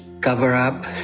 cover-up